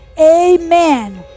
amen